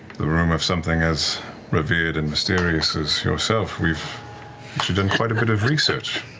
the room of something as revered and mysterious as yourself. we've done quite a bit of research.